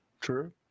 True